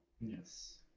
Yes